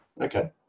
Okay